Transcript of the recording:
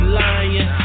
lying